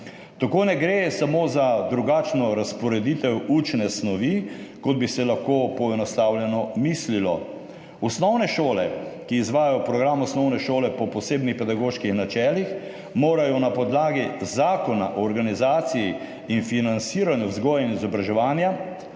Tako ne gre samo za drugačno razporeditev učne snovi, kot bi se lahko poenostavljeno mislilo. Osnovne šole, ki izvajajo program osnovne šole po posebnih pedagoških načelih, morajo na podlagi Zakona o organizaciji in financiranju vzgoje in izobraževanja